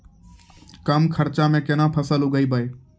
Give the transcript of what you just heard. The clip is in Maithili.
कम खर्चा म केना फसल उगैबै?